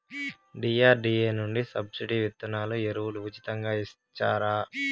DRDA నుండి subsidy విత్తనాలు ఎరువులు ఉచితంగా ఇచ్చారా?